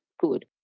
good